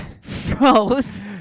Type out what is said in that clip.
froze